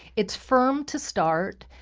it's firm to start.